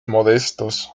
modestos